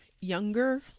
younger